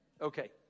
Okay